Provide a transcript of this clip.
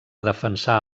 defensar